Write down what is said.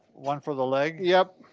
one for the leg. yep,